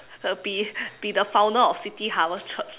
uh be be the founder of city harvest church